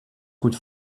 could